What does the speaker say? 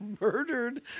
murdered